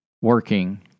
working